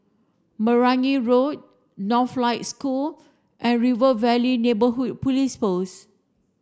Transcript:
Meragi Road Northlight School and River Valley Neighbourhood Police Post